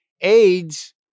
AIDS